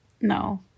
no